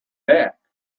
back